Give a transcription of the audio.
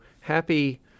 happy